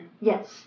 yes